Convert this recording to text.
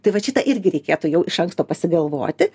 tai vat šitą irgi reikėtų jau iš anksto pasigalvoti